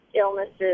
illnesses